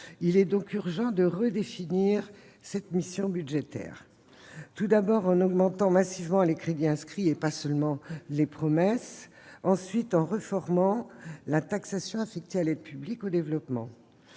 Il est urgent de redéfinir cette mission budgétaire. Tout d'abord, en augmentant massivement les crédits inscrits, sans se contenter de promesses. Ensuite, en réformant la taxation affectée à l'aide publique au développement.